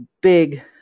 big